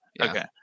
Okay